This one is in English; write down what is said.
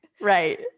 right